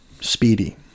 Speedy